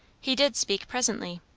he did speak presently.